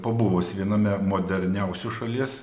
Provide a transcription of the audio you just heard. pabuvus viename moderniausių šalies